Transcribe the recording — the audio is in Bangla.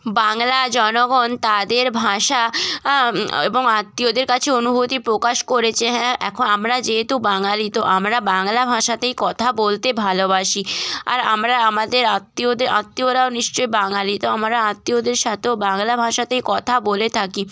বাংলা জনগণ তাদের ভাষা এবং আত্মীয়দের কাছে অনুভূতি প্রকাশ করেছে হ্যাঁ এখন আমরা যেহেতু বাঙালি তো আমরা বাংলা ভাষাতেই কথা বলতে ভালোবাসি আর আমরা আমাদের আত্মীয়দের আত্মীয়রাও নিশ্চয়ই বাঙালি তো আমরা আত্মীয়দের সাথেও বাংলা ভাষাতেই কথা বলে থাকি